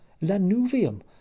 lanuvium